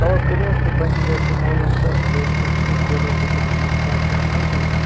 چلو کٔرِو حظ تُہۍ پنٕنہِ جایہِ تہِ معلوٗم تہٕ بیٚیہِ پرٕٛژھِو کورِ وورِ تُہۍ کٔرۍزیٚو مےٚ پتہٕ فون تیٚلہِ چھَ حظ ٹھیٖک